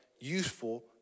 useful